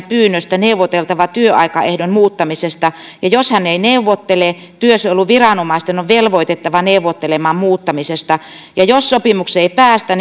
pyynnöstä neuvoteltava työaikaehdon muuttamisesta ja jos hän ei neuvottele työsuojeluviranomaisten on velvoitettava neuvottelemaan muuttamisesta ja jos sopimukseen ei päästä